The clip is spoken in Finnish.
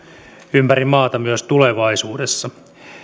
ympäri maata myös tulevaisuudessa